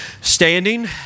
standing